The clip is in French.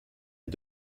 est